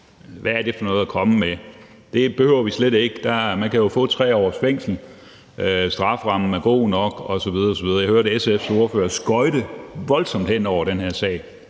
hvad er det for noget at komme med? Det behøver vi slet ikke, for man kan jo få 3 års fængsel, strafferammen er god nok osv. osv. Jeg hørte SF's ordfører skøjte voldsomt hen over den her sag,